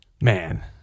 Man